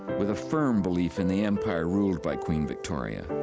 with a firm belief in the empire ruled by queen victoria.